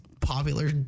popular